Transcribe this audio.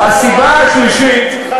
והסיבה השלישית,